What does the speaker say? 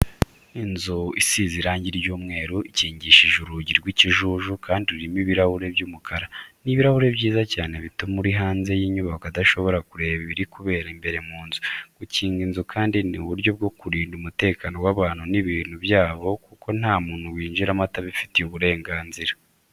Inzu isize irangi ry'umweru, ikingishije urugi rw'ikijuju kandi rurimo ibirahure by'umukara. Ni ibirahure byiza cyane bituma uri hanze y'inyubako adashobora kureba ibiri kubera imbere mu nzu. Gukinga inzu kandi ni uburyo bwo kurinda umutekano w'abantu n'ibintu byabo kuko nta muntu winjiramo atabifitiye uburenganzira.